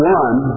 one